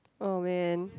oh man